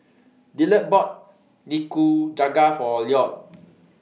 Dillard bought Nikujaga For Lloyd